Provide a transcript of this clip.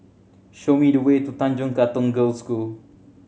show me the way to Tanjong Katong Girls' School